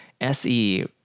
SE